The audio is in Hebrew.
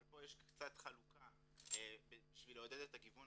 אבל פה יש קצת חלוקה כדי לעודד את הגיוון